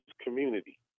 community